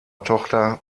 tochter